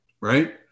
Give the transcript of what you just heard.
Right